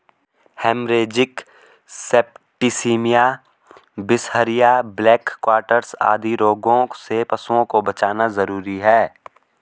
haemorrhagic septicaemia, बिसहरिया, black quarters आदि रोगों से पशुओं को बचाना जरूरी है